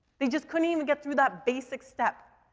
they just couldn't even get through that basic step.